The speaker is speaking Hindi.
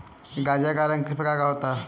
गाजर का रंग किस प्रकार का होता है?